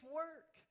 work